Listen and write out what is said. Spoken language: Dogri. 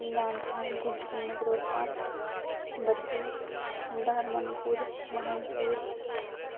मांडली गुज्जरू नगरोटा भड्डू महानपुर